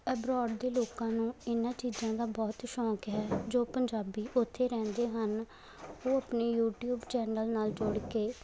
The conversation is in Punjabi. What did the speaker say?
ਅਬਰੋਡ ਦੇ ਲੋਕਾਂ ਨੂੰ ਇਹਨਾਂ ਚੀਜ਼ਾਂ ਦਾ ਬਹੁਤ ਸ਼ੌਂਕ ਹੈ ਜੋ ਪੰਜਾਬੀ ਉੱਥੇ ਰਹਿੰਦੇ ਹਨ ਉਹ ਆਪਣੇ ਯੂਟੀਊਬ ਚੈਨਲ ਨਾਲ ਜੁੜ ਕੇ